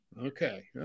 Okay